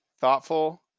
Thoughtful